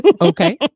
okay